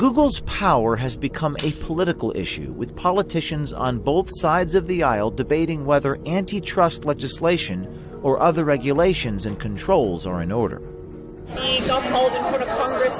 google's power has become a political issue with politicians on both sides of the aisle debating whether anti trust legislation or other regulations and controls are in order